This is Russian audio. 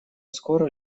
скоро